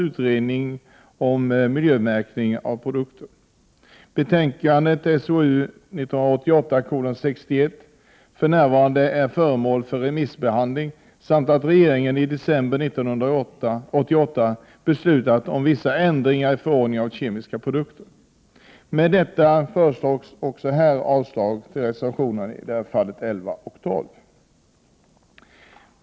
Utredningen om miljömärkning av produkter, SOU 1988:61, är för närvarande föremål för remissbehandling, och regeringen har i december 1988 beslutat om ändringar i förordningen om kemiska produkter. Med hänvisning härtill yrkar jag avslag på reservationerna 11 och 12.